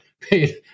paid